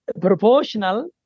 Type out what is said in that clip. Proportional